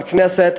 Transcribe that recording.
בכנסת,